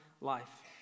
life